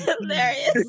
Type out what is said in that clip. hilarious